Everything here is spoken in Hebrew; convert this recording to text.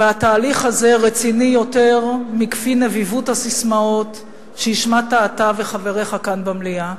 והתהליך הזה רציני יותר מנביבות הססמאות שהשמעתם אתה וחבריך כאן במליאה.